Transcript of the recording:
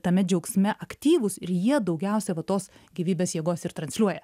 tame džiaugsme aktyvūs ir jie daugiausia va tos gyvybės jėgos ir transliuoja